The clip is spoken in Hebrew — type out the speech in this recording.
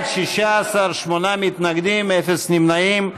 16, שמונה מתנגדים, אפס נמנעים.